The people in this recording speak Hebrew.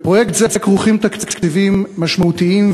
בפרויקט זה כרוכים תקציבים משמעותיים,